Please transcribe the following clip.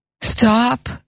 Stop